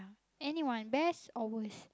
anyone best or worst